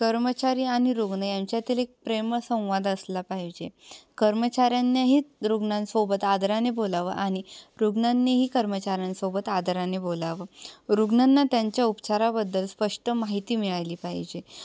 कर्मचारी आणि रुग्ण यांच्यातील एक प्रेमसंवाद असला पाहिजे कर्मचाऱ्यांनाही रुग्णांसोबत आदराने बोलावं आणि रुग्णांनीही कर्मचाऱ्यांसोबत आदराने बोलावं रुग्णांना त्यांच्या उपचाराबद्दल स्पष्ट माहिती मिळाली पाहिजे